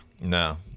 no